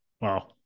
Wow